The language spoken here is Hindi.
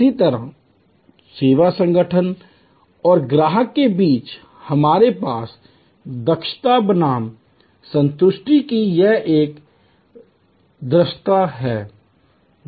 इसी तरह सेवा संगठन और ग्राहक के बीच हमारे पास दक्षता बनाम संतुष्टि की यह द्वंद्वात्मकता है